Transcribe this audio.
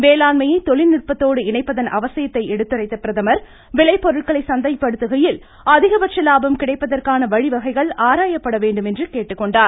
வேளாண்மையை தொழில்நுட்பத்தோடு இணைப்பதன் அவசியத்தை எடுத்துரைத்த விளைபொருட்களை சந்தைப்படுத்துகையில் அவர் அகிகபட்ச லாபம் கிடைப்பதற்கான வழிவகைகள் ஆராயப்பட வேண்டும் என்று கேட்டுக்கொண்டார்